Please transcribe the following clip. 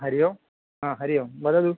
हरिः ओं हरिः हरिः ओं वदतु